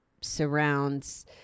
surrounds